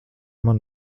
man